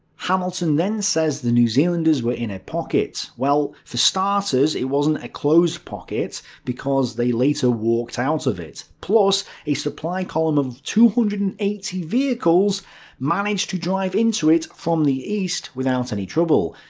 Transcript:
hamilton then says the new zealanders were in a pocket. well for starters, it wasn't a closed pocket because they later walked out of it. plus a supply column of two hundred and eighty vehicles managed to drive into it from the east without any trouble,